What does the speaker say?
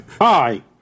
Hi